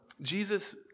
Jesus